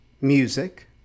music